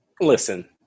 Listen